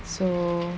so